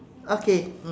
okay